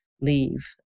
leave